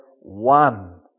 one